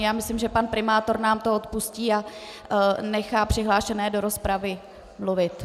Já myslím, že pan primátor nám to odpustí a nechá přihlášené do rozpravy mluvit.